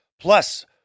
Plus